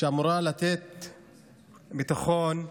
שאמורה לתת ביטחון,